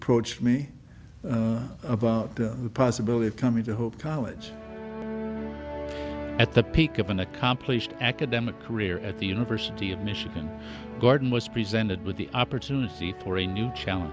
proached me about the possibility of coming to hope college at the peak of an accomplished academic career at the university of michigan garden was presented with the opportunity for a new challenge